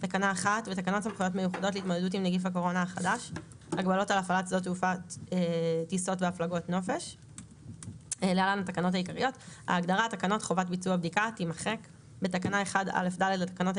תיקון תקנה 1 1. בתקנות